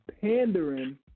pandering